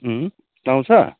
पाउँछ